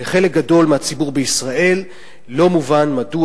לחלק גדול מהציבור בישראל לא מובן מדוע